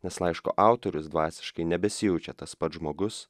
nes laiško autorius dvasiškai nebesijaučia tas pats žmogus